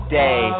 day